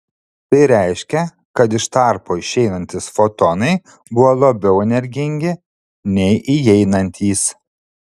tai reiškia kad iš tarpo išeinantys fotonai buvo labiau energingi nei įeinantys